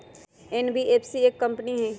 NBFC एक company हई?